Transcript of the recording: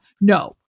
No